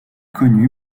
connu